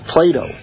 Plato